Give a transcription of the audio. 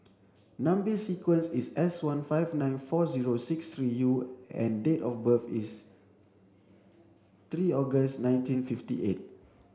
number sequence is S one five nine four zero six three U and date of birth is three August nineteen fifty eight